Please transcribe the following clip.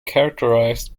characterized